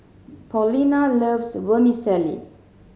Paulina loves Vermicelli